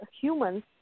humans